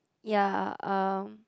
ya um